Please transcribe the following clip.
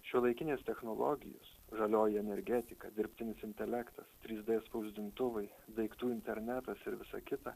šiuolaikinės technologijos žalioji energetika dirbtinis intelektas trys d spausdintuvai daiktų internetas ir visa kita